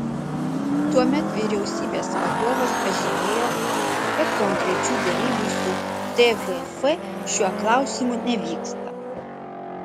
tuomet vyriausybės vadovas pažymėjo kad konkrečių derybų su tvf šiuo klausimu nevyksta